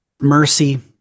mercy